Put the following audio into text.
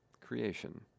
creation